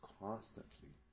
constantly